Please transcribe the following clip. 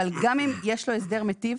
אבל גם אם יש לו הסדר מיטיב,